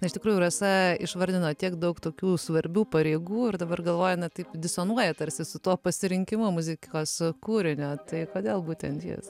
na iš tikrųjų rasa išvardino tiek daug tokių svarbių pareigų ir dabar galvoju na taip disonuoja tarsi su tuo pasirinkimu muzikos kūrinio tai kodėl būtent jis